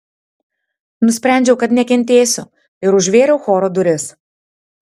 nusprendžiau kad nekentėsiu ir užvėriau choro duris